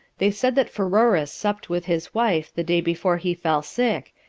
they said that pheroras supped with his wife the day before he fell sick,